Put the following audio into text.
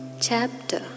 chapter